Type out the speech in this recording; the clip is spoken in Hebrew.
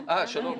גם קרן כאן.